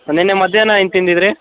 ನಿನ್ನೆ ಮಧ್ಯಾಹ್ನ ಏನು ತಿಂದಿದ್ದಿರಿ